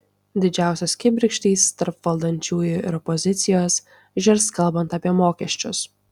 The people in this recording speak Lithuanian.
didžiausios kibirkštys tarp valdančiųjų ir opozicijos žirs kalbant apie mokesčius